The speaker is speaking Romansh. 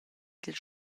dils